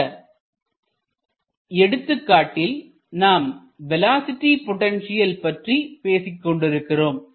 இந்த எடுத்துக்காட்டில் நாம் வேலோஸிட்டி பொட்டன்ஷியல் பற்றி பேசிக் கொண்டிருக்கிறோம்